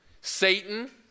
Satan